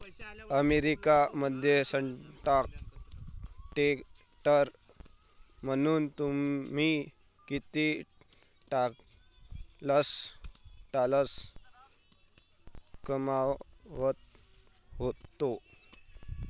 America मध्ये stock trader म्हणून तुम्ही किती डॉलर्स कमावत होते